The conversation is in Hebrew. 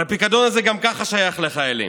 הרי הפיקדון הזה גם ככה שייך לחיילים,